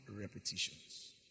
repetitions